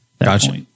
Gotcha